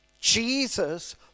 Jesus